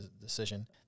decision